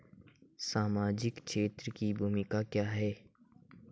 सामाजिक क्षेत्र की भूमिका क्या है?